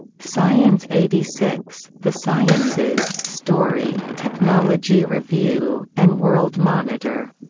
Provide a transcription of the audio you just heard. science eighty six, the sciences, story, technology review, and world monitor.